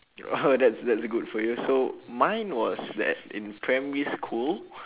!wow! that's that's good for you so mine was that in primary school